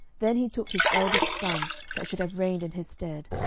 then he took his eldest son that should have reigned in his stead,